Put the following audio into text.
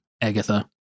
Agatha